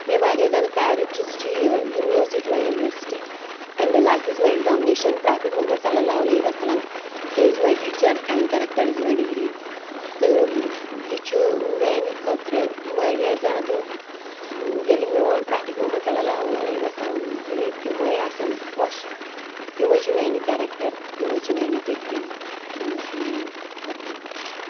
مےٚ واریاہ زیادٕ فٮ۪ورِٹ چھِ سُہ چھِ یہِ universe is my university and the life is my examination prophet Muhammad صلی اللہُ علیہ وَسَلَم is my teacher and character is my degree تہٕ یہِ چھُ میانہِ خٲطرٕ واریاہ زیادٕ ییٚلہِ میون پرافِٹ محمد صلی اللہُ علیہ وَسَلَم ییٚلہِ تِمٕے آسن خۄش تِمٕے چھِ میانہِ کَریکٹر تِمٕے چھِ میانہِ ڈِگری تِمٕے چھِ میانۍ ہر کیٚنہہ